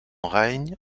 règne